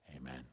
Amen